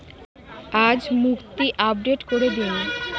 আজ মুক্তি আপডেট করে দিন